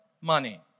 money